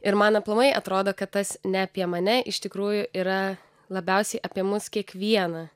ir man aplamai atrodo kad tas ne apie mane iš tikrųjų yra labiausiai apie mus kiekvieną